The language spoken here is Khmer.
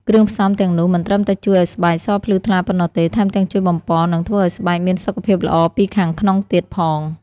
គ្រឿងផ្សំទាំងនោះមិនត្រឹមតែជួយឲ្យស្បែកសភ្លឺថ្លាប៉ុណ្ណោះទេ ថែមទាំងជួយបំប៉ន និងធ្វើឲ្យស្បែកមានសុខភាពល្អពីខាងក្នុងទៀតផង។